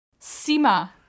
Sima